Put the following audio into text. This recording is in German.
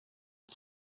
wir